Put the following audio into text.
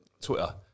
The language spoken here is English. Twitter